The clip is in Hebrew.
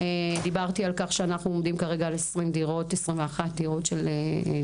דיברתי על כך שאנחנו עומדים כרגע על 21 דירות מעבר.